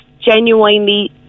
genuinely